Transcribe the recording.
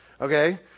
Okay